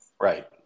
right